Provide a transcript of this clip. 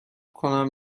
کنم